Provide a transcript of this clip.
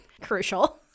Crucial